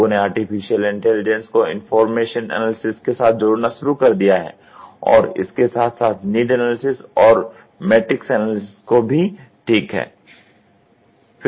लोगों ने artificial intelligence को इंफोरनाशन एनालिसिस के साथ जोड़ना शुरू कर दिया है और इसके साथ साथ नीड एनालिसिस और मैट्रिक्स एनालिसिस को भी ठीक है